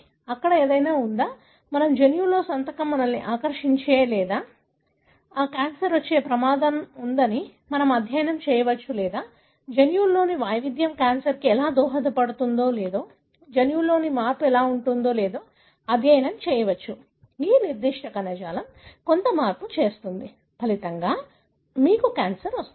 అక్కడ ఏదైనా ఉందా మన జన్యువులోని సంతకం మనల్ని ఆకర్షించే లేదా క్యాన్సర్ వచ్చే ప్రమాదం ఉందని మనం అధ్యయనం చేయవచ్చు లేదా జన్యువులోని వైవిధ్యం క్యాన్సర్కు ఎలా దోహదపడుతుందో లేదా జన్యువులో మార్పు ఎలా ఉంటుందో కూడా అధ్యయనం చేయవచ్చు నిర్దిష్ట కణజాలం కొంత మార్పు జరుగుతుంది ఫలితంగా మీకు క్యాన్సర్ వస్తుంది